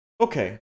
Okay